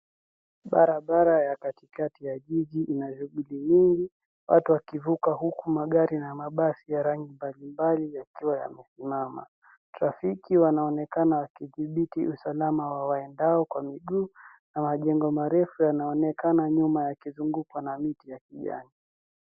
Barabara ya katikati ya jiji ina shughuli mingi, watu wakivuka huku magari na mabasi ya rangi mbalimbali yakiwa yamesimama. Trafiki wanaonekana wakidhibiti usalama wa waendao kwa miguu na majengo marefu yanaonekana nyuma ya kizunguko na miti ya kijani.